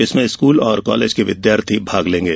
इसमें स्कूल और कॉलेज के विद्यार्थी भाग लेंगे